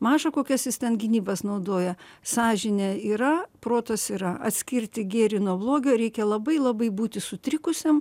maža kokias jis ten gynybas naudoja sąžinė yra protas yra atskirti gėrį nuo blogio reikia labai labai būti sutrikusiam